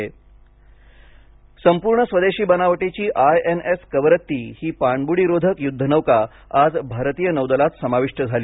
I N S Kavaratti संपूर्ण स्वदेशी बनावटीची आय एन एस कवरत्ती ही पाणबुडीरोधक युद्धनौका आज भारतीय नौदलात समाविष्ट झाली